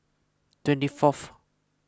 twenty fourth